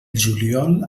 juliol